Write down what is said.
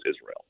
Israel